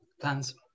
plans